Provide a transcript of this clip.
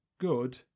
good